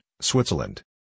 Switzerland